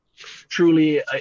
Truly